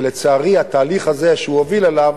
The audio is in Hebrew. ולצערי התהליך הזה שהוא הוביל אליו,